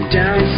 down